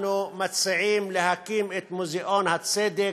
אנחנו מציעים להקים את מוזיאון הצדק,